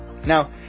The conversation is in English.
Now